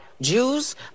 Jews